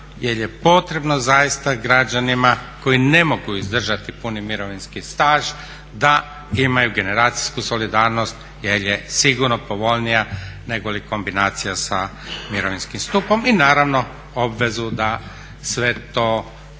jer je potrebno zaista građanima koji ne mogu izdržati puni mirovinski staž da imaju generacijsku solidarnost jer je sigurno povoljnija negoli kombinacija sa mirovinskim stupom i naravno obvezu da sve to